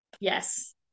yes